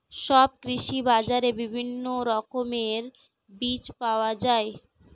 সব কৃষি বাজারে বিভিন্ন রকমের বীজ পাওয়া যায়